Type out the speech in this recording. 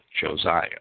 Josiah